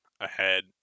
ahead